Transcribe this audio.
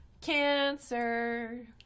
Cancer